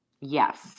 Yes